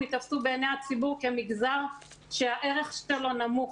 ייתפסו בעיני הציבור כמגזר שהערך שלו נמוך.